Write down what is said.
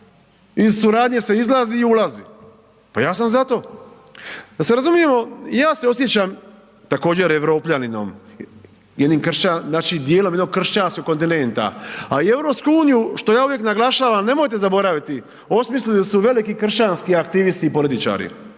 iz suradnje se izlazi i ulazi, pa ja sam za to. Da se razumijemo, ja se osjećam također Europljaninom, jednim, znači dijelom jednog kršćanskog kontinenta, a i EU što ja uvijek naglašavam, nemojte zaboraviti, osmislili su veliki kršćanski aktivisti i političari,